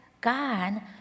God